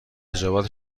نجابت